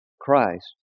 Christ